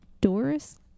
Doris